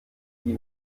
die